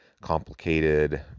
complicated